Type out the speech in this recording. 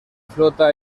flota